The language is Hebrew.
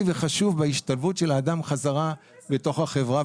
וחשוב בהשתלבות של האדם חזרה לתוך החברה,